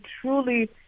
truly